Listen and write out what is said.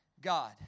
God